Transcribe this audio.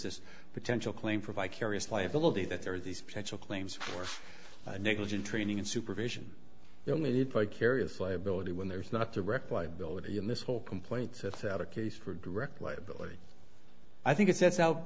this potential claim for vicarious liability that there are these potential claims for negligent training and supervision then it vicarious liability when there's not direct liability in this whole complaint sets out a case for direct liability i think it sets